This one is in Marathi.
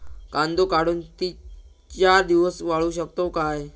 कांदो काढुन ती चार दिवस वाळऊ शकतव काय?